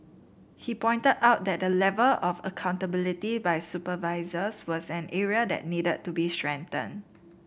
he pointed out that the level of accountability by supervisors was an area that needed to be strengthened